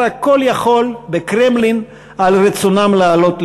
הכול-יכול בקרמלין על רצונם לעלות לישראל.